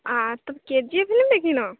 ତମେ କେଜିଏଫ୍ ଫିଲ୍ମ ଦେଖିନ